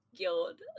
god